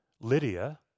Lydia